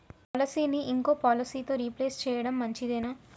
పాలసీని ఇంకో పాలసీతో రీప్లేస్ చేయడం మంచిదేనా?